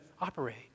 operate